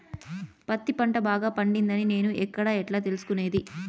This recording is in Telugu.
పత్తి పంట బాగా పండిందని నేను ఎక్కడ, ఎట్లా తెలుసుకునేది?